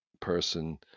person